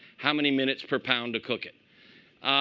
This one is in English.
how many minutes per pound to cook it.